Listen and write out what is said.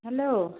hello